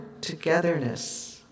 togetherness